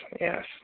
yes